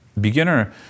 beginner